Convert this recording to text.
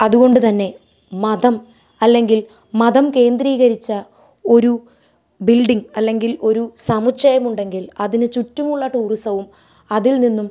അതുകൊണ്ടു തന്നെ മതം അല്ലെങ്കിൽ മതം കേന്ദ്രീകരിച്ച ഒരു ബിൽഡിങ് അല്ലെങ്കിൽ ഒരു സമുച്ചയം ഉണ്ടെങ്കിൽ അതിന് ചുറ്റുമുള്ള ടൂറിസവും അതിൽ നിന്നും